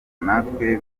natwe